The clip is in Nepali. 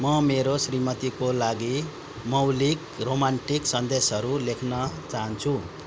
म मेरो श्रीमतीको लागि मौलिक रोमान्टिक सन्देसहरू लेख्न चाहन्छु